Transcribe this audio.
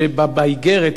שבאיגרת,